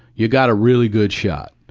you got a really good shot.